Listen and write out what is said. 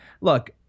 look